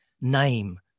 name